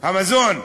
המזון,